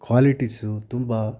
qualities ತುಂಬ